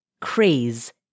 craze